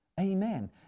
Amen